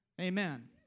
Amen